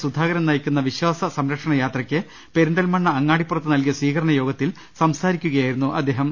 സൂധാകരൻ നയിക്കുന്ന വിശ്വാസ സംര ക്ഷണ യാത്രയ്ക്ക് പെരിന്തൽമണ്ണ അങ്ങാടിപ്പുറത്ത് നൽകിയ സ്വീക രണ യോഗത്തിൽ സംസാരിക്കുകയായിരുന്നു അദ്ദേഹം